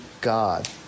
God